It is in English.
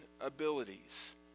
abilities